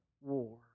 war